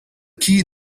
key